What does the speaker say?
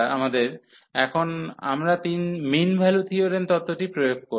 এবং এখন আমরা মিন ভ্যালু থিওরেম তত্ত্বটি প্রয়োগ করব